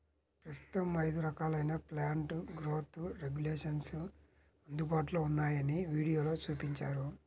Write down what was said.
ప్రస్తుతం ఐదు రకాలైన ప్లాంట్ గ్రోత్ రెగ్యులేషన్స్ అందుబాటులో ఉన్నాయని వీడియోలో చూపించారు